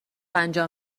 انجام